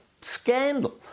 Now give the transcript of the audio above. scandal